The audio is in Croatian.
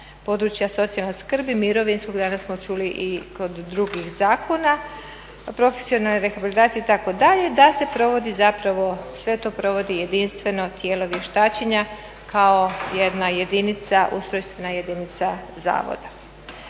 područja socijalne skrbi mirovinskog, danas smo čuli i kod drugih zakona o profesionalnoj rehabilitaciji itd. da se provodi sve to provodi jedinstveno tijelo vještačenja kao jedna jedinica ustrojstvena jedinica zavoda.